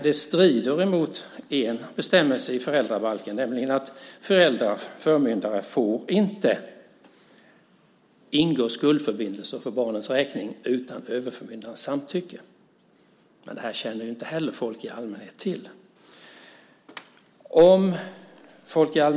Dock strider det mot en bestämmelse i föräldrabalken, nämligen att förmyndare inte får ingå skuldförbindelser för barnens räkning utan Överförmyndarens samtycke. Men det här känner ju folk i allmänhet inte heller till.